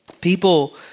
People